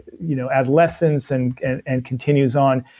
you know adolescence and and and continues on.